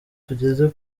tugeze